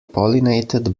pollinated